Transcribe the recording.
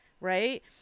right